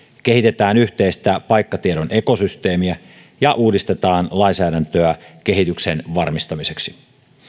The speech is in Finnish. kehitetään yhteistä paikkatiedon ekosysteemiä ja uudistetaan lainsäädäntöä kehityksen varmistamiseksi